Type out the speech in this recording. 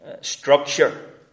structure